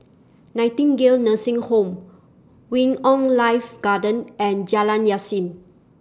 Nightingale Nursing Home Wing on Life Garden and Jalan Yasin